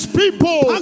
people